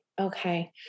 Okay